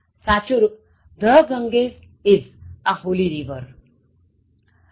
સાચું રુપThe Ganges is a holy river